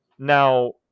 Now